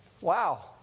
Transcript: Wow